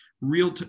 real